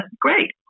great